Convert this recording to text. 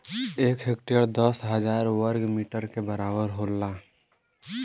एक हेक्टेयर दस हजार वर्ग मीटर के बराबर होला